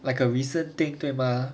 like a recent thing 对吗